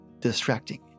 distracting